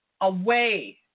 away